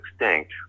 extinct